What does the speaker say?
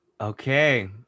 Okay